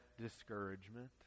discouragement